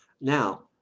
Now